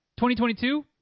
2022